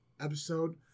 episode